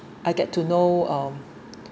I get to know um